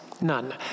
None